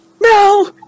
no